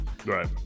right